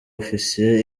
ofisiye